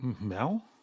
Mel